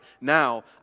now